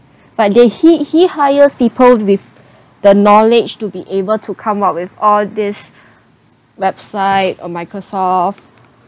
but they he he hires people with the knowledge to be able to come up with all this website or Microsoft